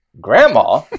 Grandma